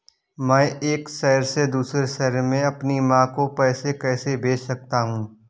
मैं एक शहर से दूसरे शहर में अपनी माँ को पैसे कैसे भेज सकता हूँ?